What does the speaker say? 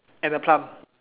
and a plum